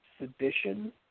sedition